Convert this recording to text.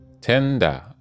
tender